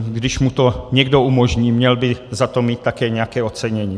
Když mu to někdo umožní, měl by za to mít také nějaké ocenění.